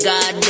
God